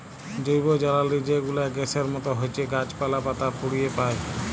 জৈবজ্বালালি যে গুলা গ্যাসের মত হছ্যে গাছপালা, পাতা পুড়িয়ে পায়